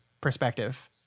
perspective